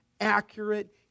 accurate